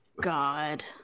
god